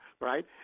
right